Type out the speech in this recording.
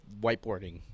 whiteboarding